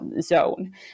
zone